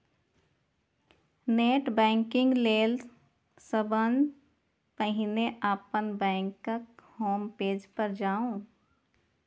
net banking लेल सबसं पहिने अपन बैंकक होम पेज पर जाउ